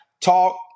talk